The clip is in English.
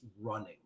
running